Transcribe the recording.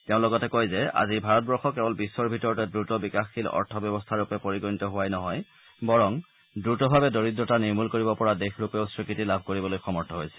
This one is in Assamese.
তেওঁ লগতে কয় যে আজিৰ ভাৰতবৰ্ষ কেৱল বিশ্বৰ ভিতৰতে দ্ৰুত বিকাশশীল অৰ্থ ব্যৱস্থাৰূপে পৰিগণিত হোৱাই নহয় বৰং দ্ৰুতভাৱে দৰিদ্ৰতা নিৰ্মূল কৰিব পৰা দেশৰূপেও স্বীকৃতি লাভ কৰিবলৈ সমৰ্থ হৈছে